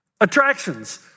attractions